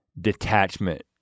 detachment